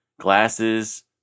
glasses